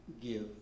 give